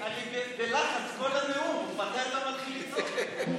אני בלחץ כל הנאום מתי אתה מתחיל לצעוק.